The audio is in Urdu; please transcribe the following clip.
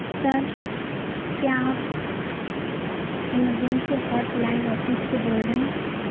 سر کیا آپ ایمرجنسی ہاٹ لائن آفس سے بول رہے ہیں